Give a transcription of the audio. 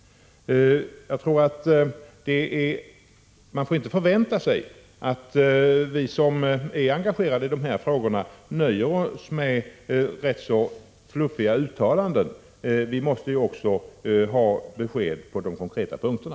Man får inte förvänta sig att vi som är engagerade nöjer oss med fluffiga uttalanden. Vi måste också ha besked på de konkreta punkterna.